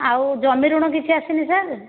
ଆଉ ଜମି ଋଣ କିଛି ଆସିନି ସାର୍